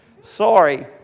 sorry